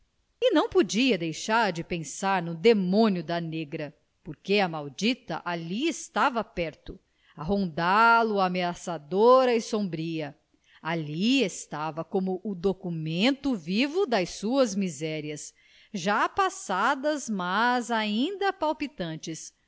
e não podia deixar de pensar no demônio da negra porque a maldita ali estava perto a rondá lo ameaçadora e sombria ali estava como o documento vivo das suas misérias já passadas mas ainda palpitantes